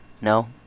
No